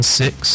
six